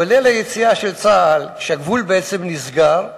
ובליל היציאה של צה"ל, כשהגבול בעצם נסגר,